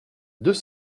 deux